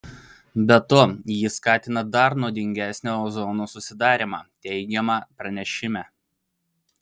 be to jis skatina dar nuodingesnio ozono susidarymą teigiama pranešime